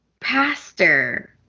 pastor